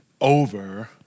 over